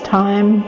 time